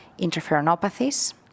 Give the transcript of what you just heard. interferonopathies